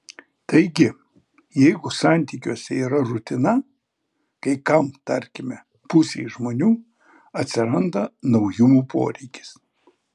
taigi jeigu santykiuose yra rutina kai kam tarkime pusei žmonių atsiranda naujumų poreikis